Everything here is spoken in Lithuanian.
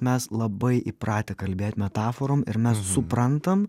mes labai įpratę kalbėt metaforom ir mes suprantam